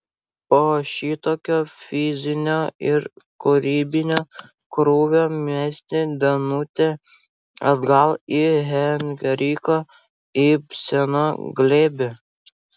po šitokio fizinio ir kūrybinio krūvio mesti danutę atgal į henriko ibseno glėbį